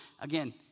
again